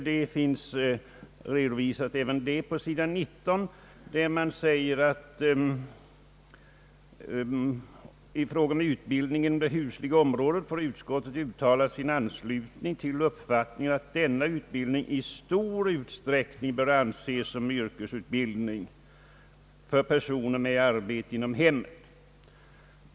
På sidan 19 i utlåtandet uttalar utskottet sin anslutning till uppfattningen, att utbildning inom det husliga området i stor utsträckning bör anses vara yrkesutbildning för personer med arbete inom hemmet.